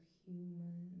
human